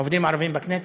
עובדים ערבים בכנסת.